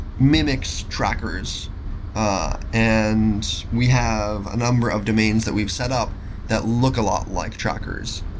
mimics trackers ah and we have a number of domains that we've set up that look alike like trackers.